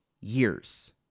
years